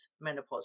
menopause